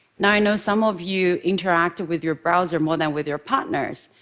now, i know some of you interact with your browser more than with your partners,